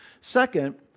Second